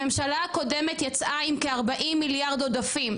הממשלה הקודמת יצאה עם כ-40 מיליארד עודפים,